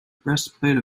breastplate